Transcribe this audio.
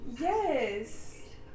Yes